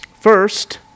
First